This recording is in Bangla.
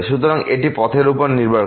সুতরাং এটি পথের উপর নির্ভর করে